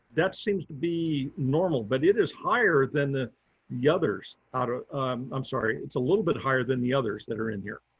that seems to be normal, but it is higher than the yeah others. i'm ah um sorry. it's a little bit higher than the others that are in here.